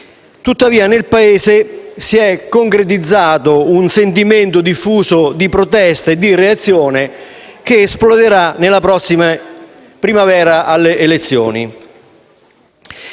ma nel Paese si è concretizzato un sentimento diffuso di protesta e di reazione che esploderà nella prossima primavera, alle elezioni.